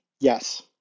yes